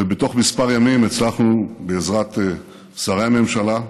ובתוך כמה ימים הצלחנו, בעזרת שרי ממשלה,